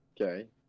okay